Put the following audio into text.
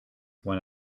when